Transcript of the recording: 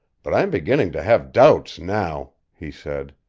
but i am beginning to have doubts now, he said.